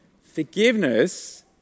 Forgiveness